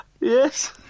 yes